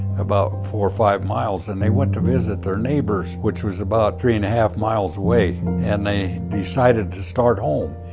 about four or five miles, and they went to visit their neighbors, which was about three and a half miles away, and they decided to start home.